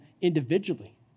individually